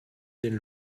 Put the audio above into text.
den